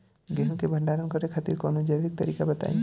गेहूँ क भंडारण करे खातिर कवनो जैविक तरीका बताईं?